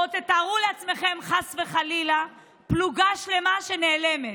או תארו לעצמכם, חס וחלילה, פלוגה שלמה שנעלמת,